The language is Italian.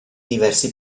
diversi